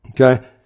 Okay